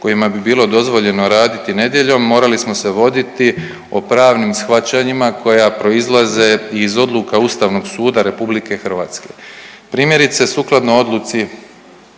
kojima bi bilo dozvoljeno raditi nedjeljom morali smo se voditi o pravnim shvaćanjima koja proizlaze iz odluka Ustavnog suda RH. Primjerice sukladno Odluci